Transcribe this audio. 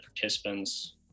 participants